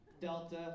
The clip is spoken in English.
Delta